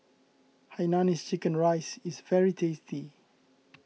Hainanese Chicken Rice is very tasty